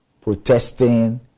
protesting